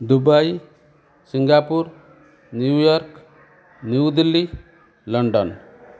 Dubai Singapore New York New Delhi London